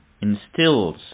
instills